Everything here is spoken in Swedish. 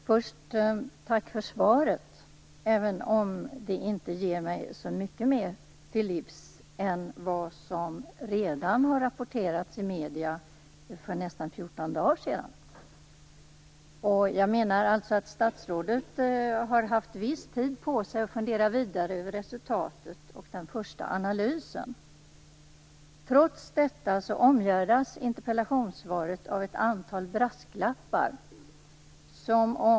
Fru talman! Först får jag tacka för svaret - även om det inte ger mig så mycket mer till livs än vad som redan har rapporterats i medierna för nästan 14 dagar sedan. Jag menar alltså att statsrådet har haft viss tid på sig att fundera vidare över resultatet och den första analysen. Trots detta omgärdas interpellationssvaret av ett antal brasklappar.